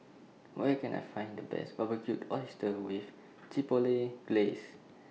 Where Can I Find The Best Barbecued Oysters with Chipotle Glaze